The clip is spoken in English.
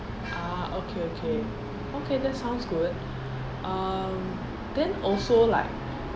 ah okay okay okay that sounds good um then also like